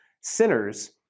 sinners